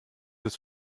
des